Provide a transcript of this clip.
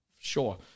sure